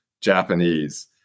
Japanese